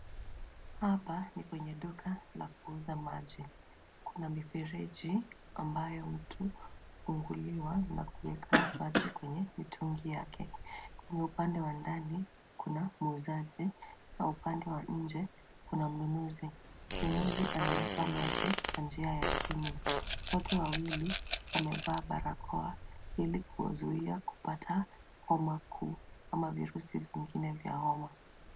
Hapa ni kwenye duka la kuuza maji. Kuna mifereji ambayo mtu hufunguliwa na kuweka maji kwenye mitungi yake. Upande wa ndani kuna muuzaji na upande wa nje kuna mnunuzi. Mnunuzi analipa maji kwa njia ya simu. Wote wawili wamevaa barakoa ili kuzuia kupata homa kuu ama virusi vingine vya homa.